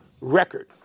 record